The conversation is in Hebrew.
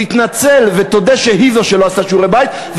תתנצל ותודה שהיא שלא עשתה שיעורי בית,